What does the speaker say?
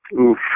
Oof